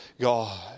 God